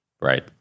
Right